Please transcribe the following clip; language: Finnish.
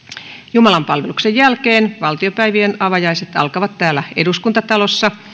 jumalanpalveluksen jälkeen valtiopäivien avajaiset alkavat täällä eduskuntatalossa